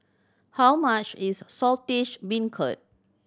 how much is Saltish Beancurd